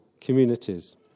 communities